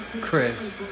Chris